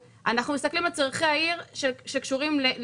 אני רוצה להבהיר שצריך להסתכל על הנושא הזה של שוק השכירות